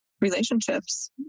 relationships